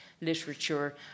literature